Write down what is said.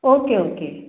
okay okay